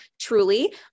truly